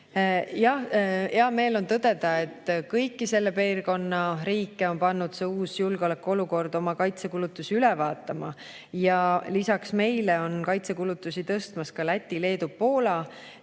Hea meel on tõdeda, et kõiki selle piirkonna riike on pannud uus julgeolekuolukord oma kaitsekulutusi üle vaatama. Lisaks meile on kaitsekulutusi tõstmas Läti, Leedu, Poola.